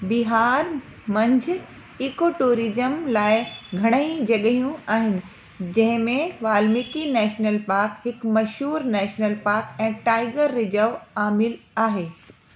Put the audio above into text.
बिहार मंझि ईकोटूरिज़्म लाइ घणेई जॻहियूं आहिनि जंहिं में वाल्मीकि नेशनल पार्क हिकु मशहूरु नेशनल पार्क ऐं टाइगर रिजर्व आमिल आहे